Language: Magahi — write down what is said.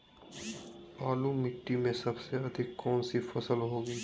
बालू मिट्टी में सबसे अधिक कौन सी फसल होगी?